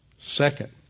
Second